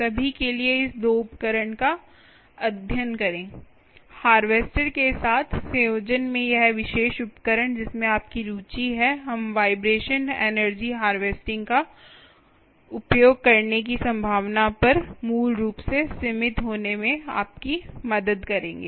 सभी के लिए इस 2 उपकरण का अध्ययन करें हार्वेस्टर के साथ संयोजन में यह विशेष उपकरण जिसमें आपकी रुचि है हम वाइब्रेशन एनर्जी हार्वेस्टिंग का उपयोग करने की संभावना पर मूल रूप से सीमित होने में आपकी मदद करेंगे